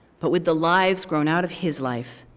but with the lives grown out of his life,